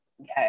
Okay